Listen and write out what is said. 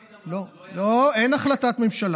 מה לפיד אמר, לא, אין החלטת ממשלה,